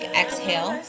exhale